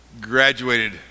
graduated